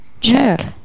check